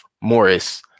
Morris